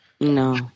No